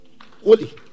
Holy